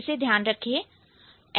इसे ध्यान में रखें